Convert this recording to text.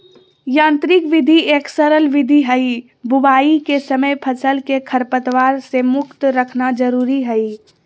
यांत्रिक विधि एक सरल विधि हई, बुवाई के समय फसल के खरपतवार से मुक्त रखना जरुरी हई